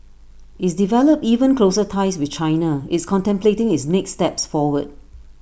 it's developed even closer ties with China it's contemplating its next steps forward